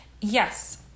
Yes